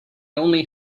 only